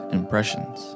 impressions